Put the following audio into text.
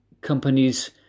companies